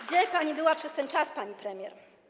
Gdzie pani była przez ten czas, pani premier?